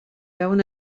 veuen